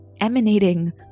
emanating